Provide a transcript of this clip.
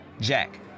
Jack